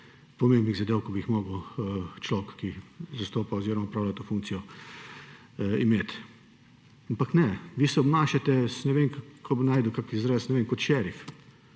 pomembnih zadev, ki bi jih moral človek, ki zastopa oziroma opravlja to funkcijo, imeti. Ampak ne, vi se obnašate – ne vem, kako bi našel kakšen izraz – kot šerif.